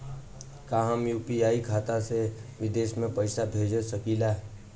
का हम यू.पी.आई खाता से विदेश म पईसा भेज सकिला?